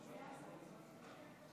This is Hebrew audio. רגע, לוועדה המיוחדת, כן?